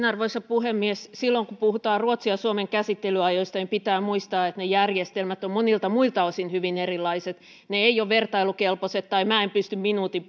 arvoisa puhemies silloin kun puhutaan ruotsin ja suomen käsittelyajoista niin pitää muistaa että ne järjestelmät ovat monilta muilta osin hyvin erilaiset ne eivät ole vertailukelpoiset tai ainakaan minä en pysty minuutin